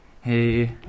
Hey